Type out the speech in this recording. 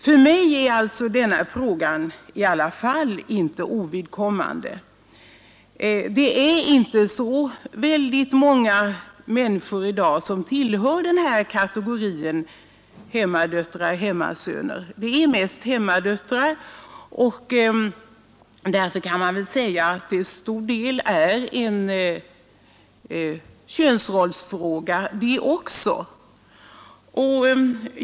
För mig är denna fråga i alla fall inte ovidkommande. Det är inte så väldigt många människor i dag som tillhör kategorin hemmadöttrar eller hemmasöner. För övrigt finns det mest hemmadöttrar och därför kan man väl säga att frågan till stor del också är en könsrollsfråga.